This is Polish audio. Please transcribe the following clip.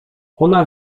ona